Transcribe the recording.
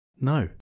No